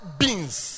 beans